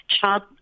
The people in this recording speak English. child